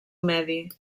medi